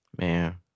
Man